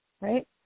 Right